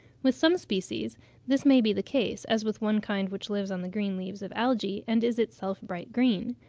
with some species this may be the case, as with one kind which lives on the green leaves of algae, and is itself bright-green.